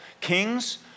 Kings